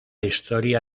historia